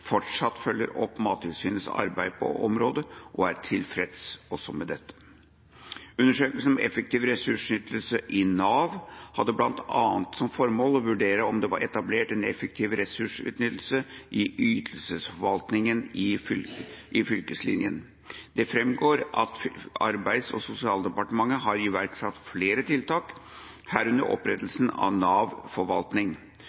fortsatt følger opp Mattilsynets arbeid på området, og er tilfreds også med dette. Undersøkelsen om effektiv ressursutnyttelse i Nav hadde bl.a. som formål å vurdere om det var etablert en effektiv ressursutnyttelse i ytelsesforvaltninga i fylkeslinja. Det framgår at Arbeids- og sosialdepartementet har iverksatt flere tiltak, herunder